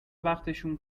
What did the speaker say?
وقتشون